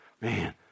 man